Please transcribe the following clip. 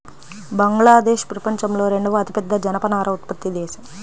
బంగ్లాదేశ్ ప్రపంచంలో రెండవ అతిపెద్ద జనపనార ఉత్పత్తి దేశం